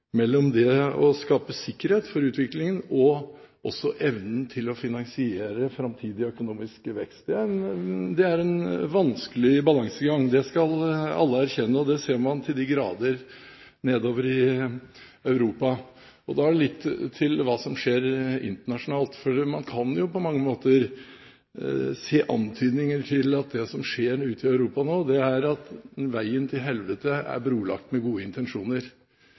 mellom det å skape sikkerhet for utvikling og evnen til å finansiere framtidig økonomisk vekst. Det er en vanskelig balansegang, det skal alle erkjenne, og det ser man til de grader nedover i Europa. Litt til hva som skjer internasjonalt: Man kan på mange måter se antydninger til at det som skjer ute i Europa nå, er at veien til helvete er brolagt med gode intensjoner.